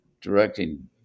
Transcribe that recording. directing